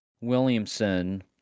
Williamson